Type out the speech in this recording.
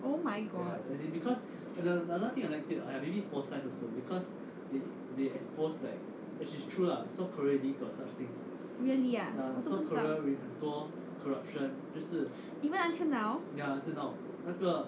oh my god really ah 我都不知道 even until now